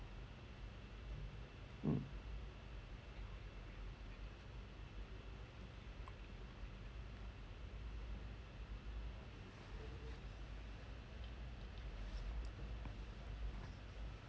mm